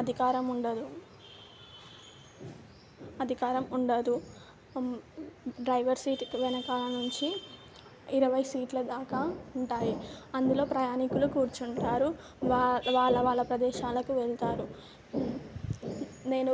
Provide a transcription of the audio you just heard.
అధికారం ఉండదు అధికారం ఉండదు డ్రైవర్ సీట్కి వెనకాల నుంచి ఇరవై సీట్ల దాకా ఉంటాయి అందులో ప్రయాణికులు కూర్చుంటారు వా వాళ్ళ వాళ్ళ ప్రదేశాలకు వెళ్తారు నేను